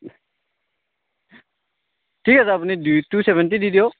ঠিক আছে আপুনি দি টু চেভেণ্টি দি দিয়ক